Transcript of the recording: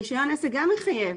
רישיון עסק גם מחייב.